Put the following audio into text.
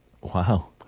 wow